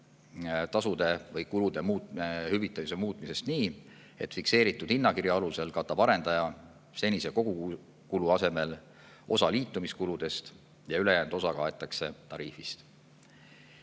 tasude või kulude hüvitamise muutmisest nii, et fikseeritud hinnakirja alusel katab arendaja senise kogukulu asemel osa liitumiskuludest ja ülejäänud osa kaetakse tariifist.